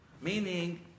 Meaning